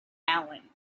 allen